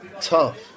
tough